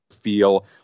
feel